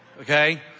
Okay